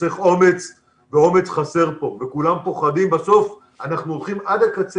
צריך אומץ ואומץ חסר פה וכולם פוחדים ובסוף אנחנו הולכים עד הקצה